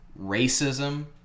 racism